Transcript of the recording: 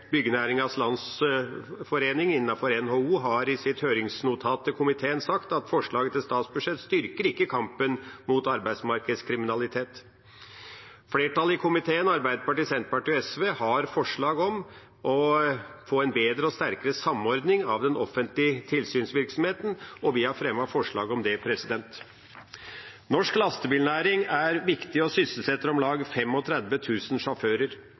Landsforening innenfor NHO har i sitt høringsnotat til komiteen sagt: «Forslaget til statsbudsjett styrker ikke kampen mot arbeidsmarkedskriminalitet.» Flertallet i komiteen, Arbeiderpartiet, Senterpartiet og SV, har forslag om å få en bedre og sterkere samordning av den offentlige tilsynsvirksomheten. Vi har fremmet forslag om det. Norsk lastebilnæring er viktig, og sysselsetter om lag